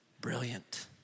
brilliant